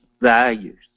values